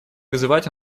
вызывать